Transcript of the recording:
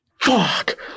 Fuck